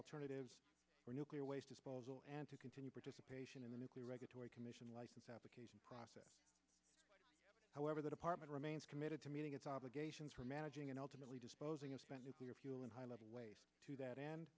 alternatives for nuclear waste disposal and to continue participation in the nuclear regulatory commission license application process however the department remains committed to meeting its obligations for managing and ultimately hosing of spent nuclear fuel and high level waste to that